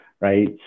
right